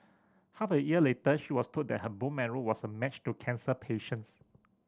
half a year later she was told that her bone marrow was a match to a cancer patient's